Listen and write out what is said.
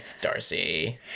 Darcy